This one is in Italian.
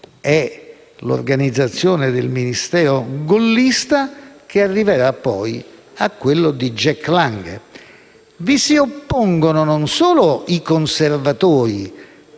nell'organizzazione del Ministero gollista, che diverrà poi quello di Jack Lang. Vi si oppongono non solo i conservatori